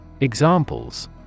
Examples